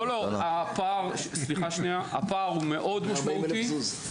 לא, לא, הפער הוא מאוד משמעותי.